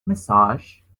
massage